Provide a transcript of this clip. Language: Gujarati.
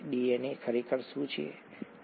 ડીએનએ ખરેખર શું છે ઠીક છે